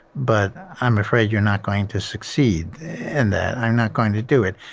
but i'm afraid you're not going to succeed in that. i'm not going to do it.